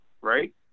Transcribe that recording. right